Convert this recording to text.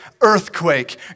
earthquake